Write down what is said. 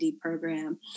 program